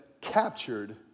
captured